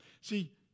See